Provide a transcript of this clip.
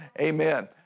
Amen